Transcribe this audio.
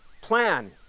plan